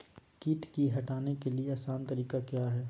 किट की हटाने के ली आसान तरीका क्या है?